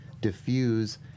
diffuse